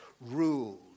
ruled